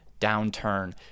downturn